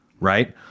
right